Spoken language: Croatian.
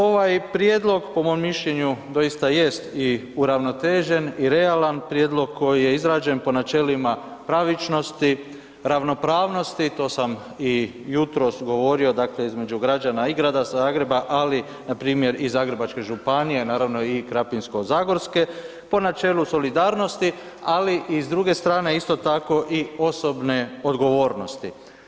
Ovaj prijedlog po mom mišljenju doista jest i uravnotežen i realan, prijedlog koji je izrađen po načelima pravičnosti, ravnopravnosti, to sam i jutros govorio, dakle između građana i Grada Zagreba, ali npr. i Zagrebačke županije naravno i Krapinsko-zagorske po načelu solidarnosti, ali i s druge strane isto tako i osobne odgovornosti.